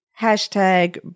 Hashtag